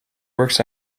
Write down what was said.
works